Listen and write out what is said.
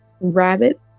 rabbit